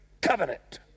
covenant